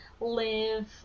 live